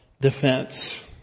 defense